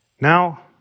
Now